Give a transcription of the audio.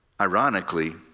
Ironically